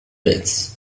pits